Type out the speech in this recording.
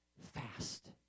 fast